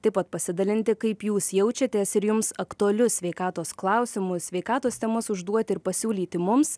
taip pat pasidalinti kaip jūs jaučiatės ir jums aktualius sveikatos klausimus sveikatos temas užduoti ir pasiūlyti mums